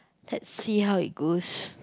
let's see how it goes